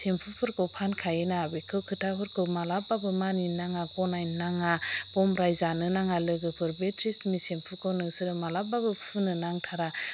सेम्पुफोरखौ फानखायो ना बेफोर खोथाफोरखौ मालाबाबो मानिनाङा गनायनो नाङा बम्ब्रायजानो नाङा लोगोफोर बे ट्रेजेम्मे सेम्पुखौ नोंसोरो मालाबाबो फुननो नांथारा